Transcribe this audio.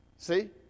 See